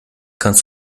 kannst